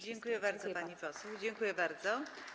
Dziękuję bardzo, pani poseł, dziękuję bardzo.